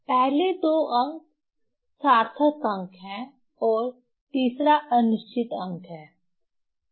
पहले दो अंक सार्थक अंक हैं और तीसरा अनिश्चित अंक है